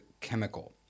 chemical